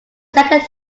second